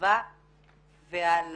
הסביבה ועל